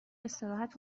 استراحت